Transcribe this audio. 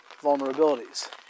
vulnerabilities